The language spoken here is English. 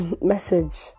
message